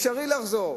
זה אפשרי לחזור.